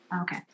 Okay